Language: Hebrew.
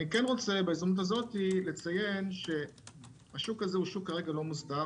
בהזדמנות הזאת אני רוצה לציין שהשוק כרגע לא מוסדר,